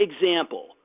example